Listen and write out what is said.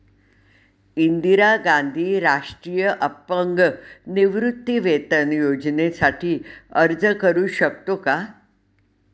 इंदिरा गांधी राष्ट्रीय अपंग निवृत्तीवेतन योजनेसाठी अर्ज करू शकतो का?